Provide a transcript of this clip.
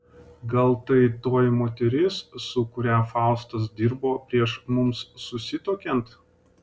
gal tai toji moteris su kuria faustas dirbo prieš mums susituokiant